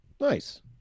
Nice